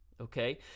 okay